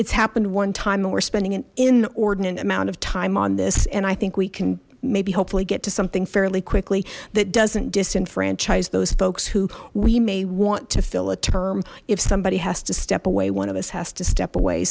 it's happened one time and we're spending an inordinate amount of time on this and i think we can maybe hopefully get to something fairly quickly that doesn't disenfranchise those folks who we may want to fill a term if somebody has to step away one of us has to step away